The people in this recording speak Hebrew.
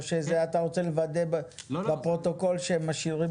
או שאתה רוצה לוודא בפרוטוקול שהם משאירים